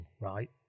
right